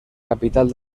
capital